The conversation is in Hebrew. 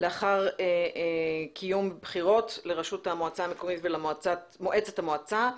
לאחר קיום בחירות לראשות המועצה המקומית ולמועצת המועצה.